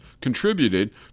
contributed